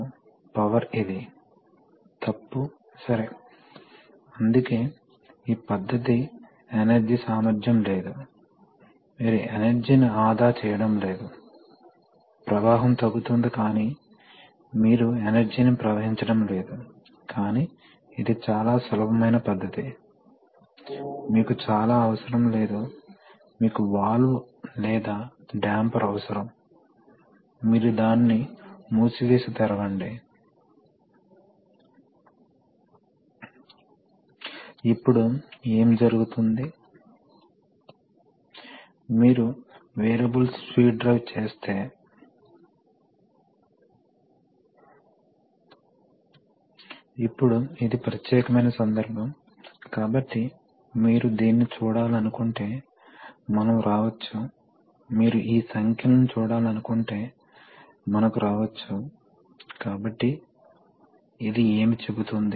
compressor యొక్క capacity అందువల్ల నిర్ణయించబడిన ఒక ప్రెజర్ రేటింగ్ ఉంది కాబట్టి ఇక్కడ కంప్రెస్ చేయబడినది వాస్తవానికి ఆ రేటింగ్లో సరఫరా చేయబడుతుంది మరియు తరువాత కంప్రెసర్ యొక్క కెపాసిటీ ప్రాథమికంగా గాలి యొక్క వాల్యూం పరిమాణం ద్వారా నిర్ణయించబడుతుంది అది ప్రెజర్ ని నిమిషాల్లో డెలివర్ చేయగలదు కాబట్టి ఇది తరచుగా ఇంజనీరింగ్లో ఉంటుంది దీనిని తరచుగా CFM పరంగా వివరిస్తారు క్యూబిక్ ఫీట్ పర్ మినిట్ కాబట్టి నిమిషానికి గాలి ఎన్ని క్యూబిక్ అడుగులు కంప్రెసర్ సరఫరా చేయగలదు తద్వారా ఇది సాధారణంగా కెపాసిటీ సూచిస్తుంది